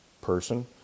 person